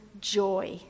joy